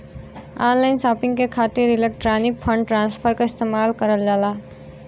online shopping के खातिर electronic fund transfer क इस्तेमाल करल जाला